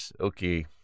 okay